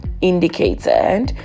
indicated